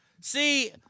See